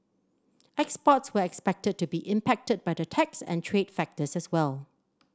exports were expected to be impacted by the tax and trade factors as well